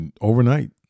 overnight